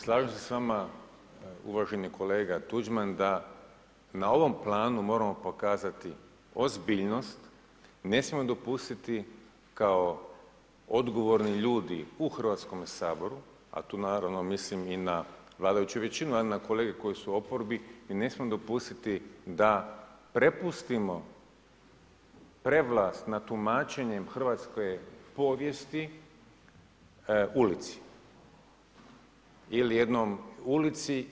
Slažem se s vama uvaženi kolega Tuđman, da na ovom planu moramo pokazati ozbiljnost, ne smijemo dopustiti kao odgovorni ljudi u Hrvatskome saboru a tu naravno mislim i na vladajuću većinu, na kolege koji su u oporbi, mi ne smijemo dopustiti da prepustimo prevlast nad tumačenjem hrvatske povijesti ulici.